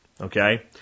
Okay